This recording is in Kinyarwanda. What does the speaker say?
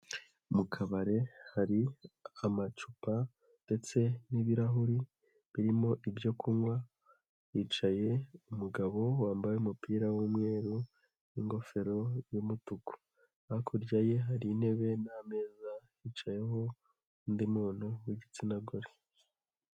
Mu kabari hari amacupa ndetse n'ibirahuri birimo ibyo kunywa, hicaye umugabo wambaye umupira w'umweru n'ingofero y'umutuku, hakurya ye hari intebe n'ameza, hicayeho undi muntu w'igitsina gore.